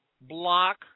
block